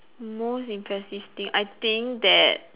most impressive thing I think that